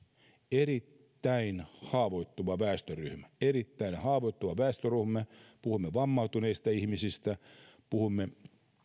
erittäin haavoittuva väestöryhmä erittäin haavoittuva väestöryhmä puhumme vammautuneista ihmisistä puhumme